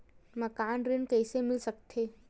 मकान ऋण कइसे मिल सकथे?